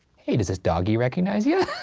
hey, does this doggy recognize yeah